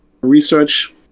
research